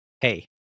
hey